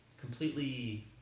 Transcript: completely